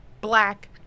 black